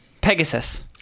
Pegasus